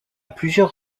plusieurs